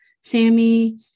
Sammy